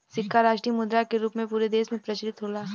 सिक्का राष्ट्रीय मुद्रा के रूप में पूरा देश में प्रचलित होला